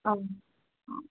ആ ആ